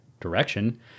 direction